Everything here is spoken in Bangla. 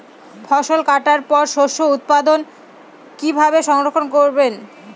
ফসল কাটার পর শস্য উৎপাদন কিভাবে সংরক্ষণ করবেন?